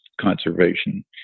conservation